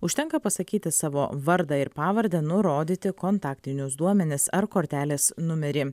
užtenka pasakyti savo vardą ir pavardę nurodyti kontaktinius duomenis ar kortelės numerį